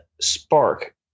spark